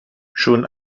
schon